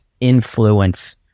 influence